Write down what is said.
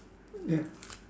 ya